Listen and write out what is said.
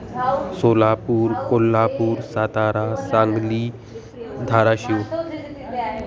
Solapur Kolhapur Satara Sangli Dharashiv